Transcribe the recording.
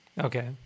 Okay